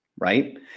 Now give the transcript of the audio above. right